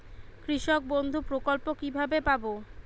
কৃষকবন্ধু প্রকল্প কিভাবে পাব?